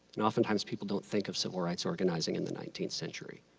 and oftentimes people don't think of civil rights organizing in the nineteenth century.